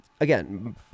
again